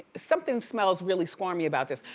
something smells really squarmy about this,